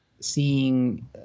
seeing